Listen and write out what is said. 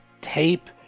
tape